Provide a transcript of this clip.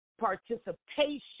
participation